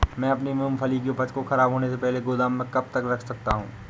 मैं अपनी मूँगफली की उपज को ख़राब होने से पहले गोदाम में कब तक रख सकता हूँ?